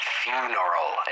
funeral